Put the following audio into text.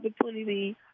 opportunity